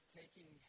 taking